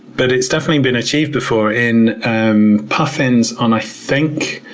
but it's definitely been achieved before in um puffins on, i think,